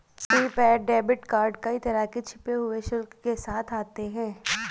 prepaid debit card कई तरह के छिपे हुए शुल्क के साथ आते हैं